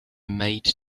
made